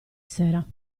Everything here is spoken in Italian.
sera